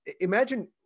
Imagine